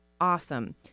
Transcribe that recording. awesome